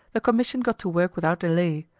the commission got to work without delay,